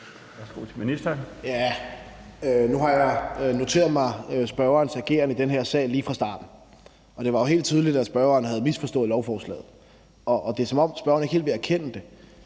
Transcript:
Nu har jeg noteret mig spørgerens ageren i den her sag lige fra starten, og det var jo helt tydeligt, at spørgeren havde misforstået lovforslaget. Og det er, som om spørgeren ikke helt vil anerkende det,